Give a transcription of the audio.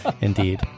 Indeed